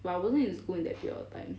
but I wasn't in school in that period of time